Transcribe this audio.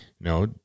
No